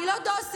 אני לא דוסית,